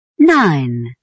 Nine